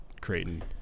Creighton